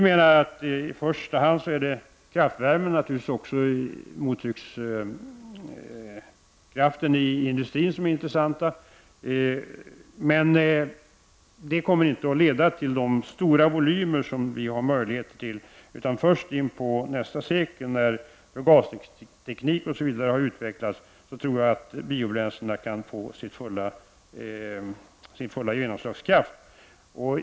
Det är i första hand kraftvärmen och naturligtvis mottryckskraften i industrin som är intressanta. Detta kommer dock inte att leda till de stora volymer som vi har möjligheter till. Det är först en bit in på nästa sekel när tekniken för förgasning av biobränslena har utvecklats som jag tror att de kan få sin fulla genomslagskraft.